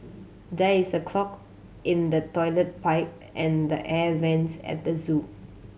there is a clog in the toilet pipe and the air vents at the zoo